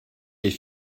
est